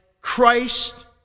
Christ